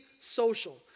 social